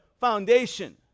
foundation